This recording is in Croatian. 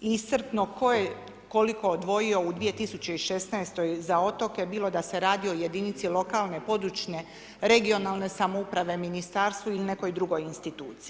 iscrpno tko je koliko odvojio u 2016. za otoke bilo da se radi o jedinici lokalne, područne (regionalne) samouprave, ministarstvu ili nekoj drugoj instituciji.